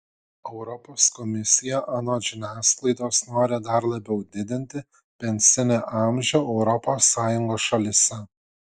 europos komisija anot žiniasklaidos nori dar labiau didinti pensinį amžių europos sąjungos šalyse